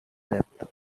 debt